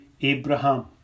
Abraham